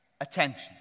attention